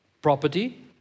Property